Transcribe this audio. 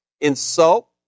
insult